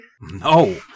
No